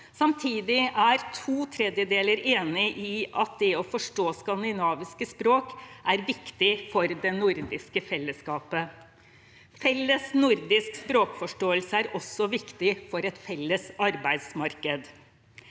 Samtidig er to tredjedeler enig i at å forstå skandinaviske språk er viktig for det nordiske fellesskapet. Felles nordisk språkforståelse er også viktig for et felles arbeidsmarked.